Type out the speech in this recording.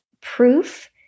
proof